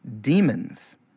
demons